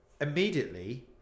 immediately